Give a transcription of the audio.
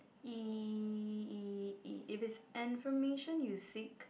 E_E_E if it's information you seek